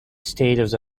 status